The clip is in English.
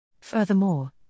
Furthermore